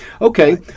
Okay